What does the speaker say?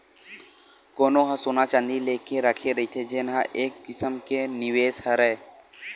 कोनो ह सोना चाँदी लेके रखे रहिथे जेन ह एक किसम के निवेस हरय